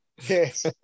Yes